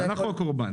אנחנו הקורבן.